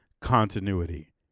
continuity